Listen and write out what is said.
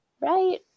right